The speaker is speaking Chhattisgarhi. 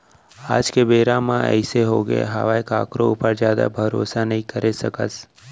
आज के बेरा म अइसे होगे हावय कखरो ऊपर जादा भरोसा नइ करे सकस